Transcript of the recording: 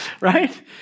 right